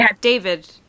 David